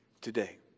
today